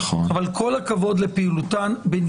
אבל כל הכבוד לפעילותם.